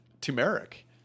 turmeric